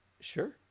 sure